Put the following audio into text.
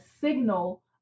signal